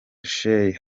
sheikh